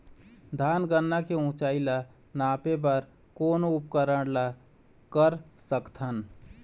धान गन्ना के ऊंचाई ला नापे बर कोन उपकरण ला कर सकथन?